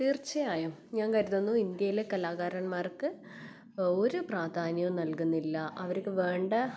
തീർച്ചയായും ഞാൻ കരുതുന്നു ഇന്ത്യയിലെ കലാകാരന്മാർക്ക് ഒരു പ്രാധാന്യവും നൽകുന്നില്ല അവർക്ക് വേണ്ട